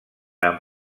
amb